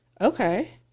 Okay